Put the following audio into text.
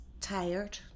tired